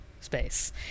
space